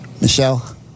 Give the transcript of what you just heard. Michelle